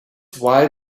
why